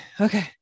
okay